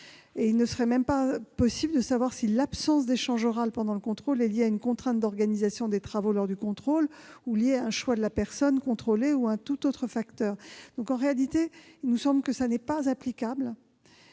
Il ne sera même pas possible de savoir si l'absence d'échange oral pendant le contrôle est liée à une contrainte d'organisation des travaux lors du contrôle, à un choix de la personne contrôlée ou à un tout autre facteur. Voilà pourquoi je vous propose d'en rester là et